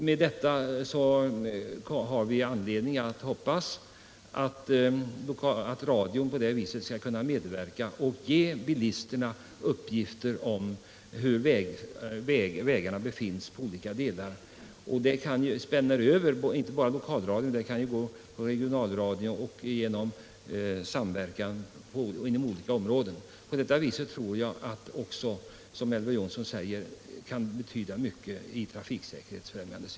Man förutsätter sålunda att radion mer och mer skall kunna medverka och ge bilisterna uppgifter om vägförhållandena i olika delar av landet. Detta kan ske inte bara i lokalradion utan också regionalt och i samverkan. Jag tror därför, i likhet med Elver Jonsson, att denna radioinformation kan komma att betyda mycket för att öka trafiksäkerheten.